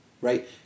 right